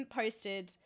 posted